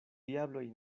diabloj